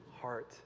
heart